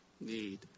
need